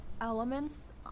elements